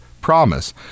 promise